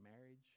marriage